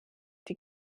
die